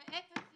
זה אפס יציבות.